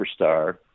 superstar